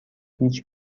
هیچ